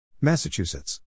Massachusetts